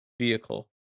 vehicle